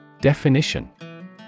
Definition